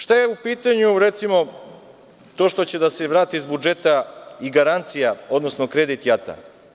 Šta je u pitanju to što će, recimo, da se vrati iz budžeta i garancija, odnosno kredit JAT-a?